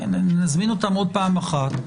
נזמין אותם עוד פעם אחת.